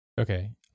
Okay